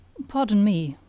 pardon me,